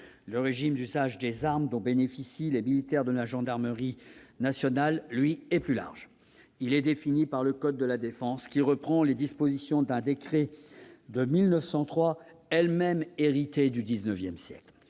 le papier, le régime dont bénéficient les militaires de la gendarmerie nationale est plus large. Il est défini par le code de la défense, qui reprend les dispositions d'un décret de 1903, elles-mêmes héritées du XIX siècle